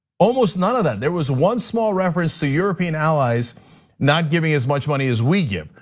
almost none of that, there was one small reference to european allies not giving as much money as we give,